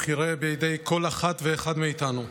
הבחירה היא בידי כל אחת ואחד מאיתנו.